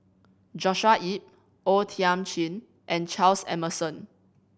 Joshua Ip O Thiam Chin and Charles Emmerson